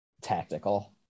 tactical